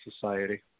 society